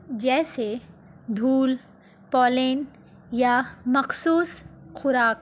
جیسے دھول پالین یا مخصوص خوراک